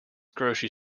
grocery